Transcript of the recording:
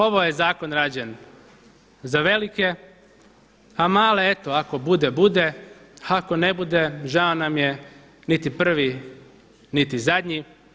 Ovo je zakon rađen za velike, a male eto ako bude bude, ako ne bude žao nam je, niti prvi, niti zadnji.